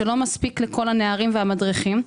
שלא מספיק לכל הנערים והמדריכים,